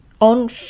on